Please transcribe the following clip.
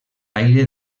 aire